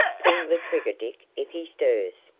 pull the trigger, dick, if he stirs.